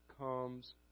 comes